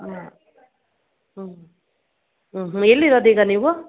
ಹಾಂ ಹಾಂ ಹ್ಞೂ ಹ್ಞೂ ಎಲ್ಲಿರೋದು ಈಗ ನೀವು